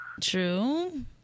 True